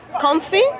comfy